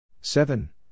seven